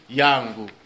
yangu